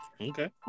Okay